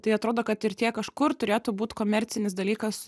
tai atrodo kad ir tie kažkur turėtų būt komercinis dalykas